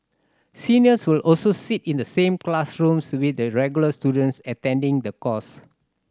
seniors will also sit in the same classrooms with the regular students attending the course